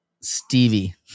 Stevie